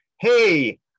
Hey